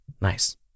nice